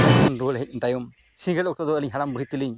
ᱚᱸᱰᱮ ᱠᱷᱚᱱ ᱨᱩᱣᱟᱹᱲ ᱦᱮᱡ ᱛᱟᱭᱚᱢ ᱥᱤᱸᱜᱟᱹᱲ ᱚᱠᱛᱚ ᱫᱚ ᱟᱹᱞᱤᱧ ᱦᱟᱲᱟᱢᱼᱵᱩᱲᱦᱤ ᱛᱟᱹᱞᱤᱧ